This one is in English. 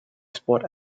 spot